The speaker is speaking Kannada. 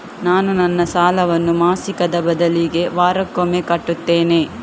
ನಾನು ನನ್ನ ಸಾಲವನ್ನು ಮಾಸಿಕದ ಬದಲಿಗೆ ವಾರಕ್ಕೊಮ್ಮೆ ಕಟ್ಟುತ್ತೇನೆ